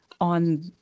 on